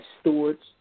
stewards